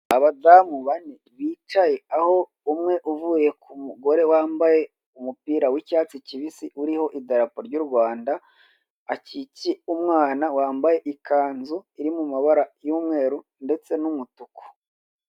Abadamu bane bicaye aho umwe uvuye ku mugore wambaye umubira w'icyatsi kibisi uriho idarapo ry'u Rwanda, akikiye umwana wambaye ikanzu iri mu mabara y'umweru ndetse n'umutuku.